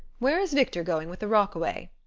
where is victor going with the rockaway?